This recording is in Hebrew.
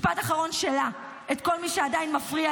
משפט אחרון שלה: את כל מי שעדיין מפריע,